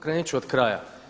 Krenut ću od kraja.